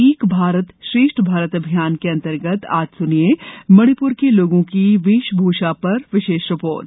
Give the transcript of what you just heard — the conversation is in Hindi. एक भारत श्रेष्ठ भारत अभियान के अंतर्गत आज सुनिए मणिपुर के लोगों की वेशभूषा पर विशेष रिपोर्ट